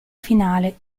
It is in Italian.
finale